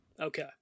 okay